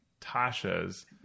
tasha's